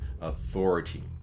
authority